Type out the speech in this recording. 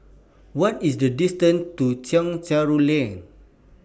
What IS The distance to Chencharu Lane